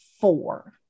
four